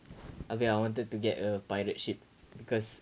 okay I wanted to get a pirate ship because